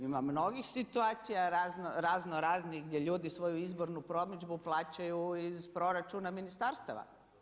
Ima mnogih situacija raznoraznih gdje ljudi svoju izbornu promidžbu iz proračuna ministarstava.